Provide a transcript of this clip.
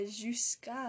jusqu'à